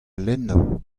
lenno